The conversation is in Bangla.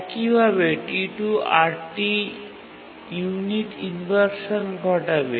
একইভাবে T2 ৮ টি ইউনিট ইনভারসান ঘটাবে